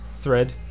thread